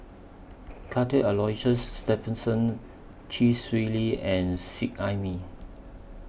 Cuthbert Aloysius Shepherdson Chee Swee Lee and Seet Ai Mee